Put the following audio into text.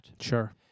Sure